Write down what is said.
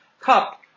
cup